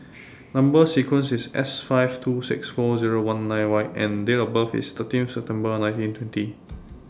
Number sequence IS S five two six four Zero one nine Y and Date of birth IS thirteen September nineteen twenty